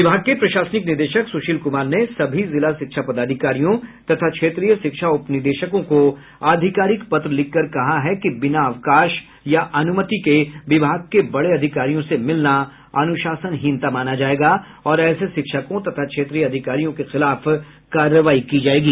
विभाग के प्रशासनिक निदेशक सुशील कुमार ने सभी जिला शिक्षा पदाधिकारियों तथा क्षेत्रीय शिक्षा उप निदेशकों को आधिकारिक पत्र लिखकर कहा है कि बिना अवकाश या अनुमति के विभाग के बड़े अधिकारियों से मिलना अनुशासहीनता माना जायेगा और ऐसे शिक्षकों तथा क्षेत्रीय अधिकारियों के खिलाफ कार्रवाई की जायेगी